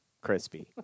crispy